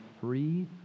free